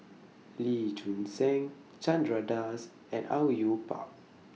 Lee Choon Seng Chandra Das and Au Yue Pak